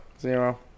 Zero